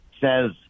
says